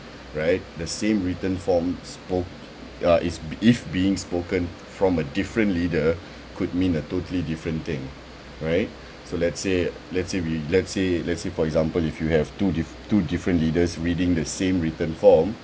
right the same written form spoke uh is if being spoken from a different leader could mean a totally different thing right so let's say let's say we let's say let's say for example if you have two diff~ two different leaders reading the same written form